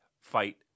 fight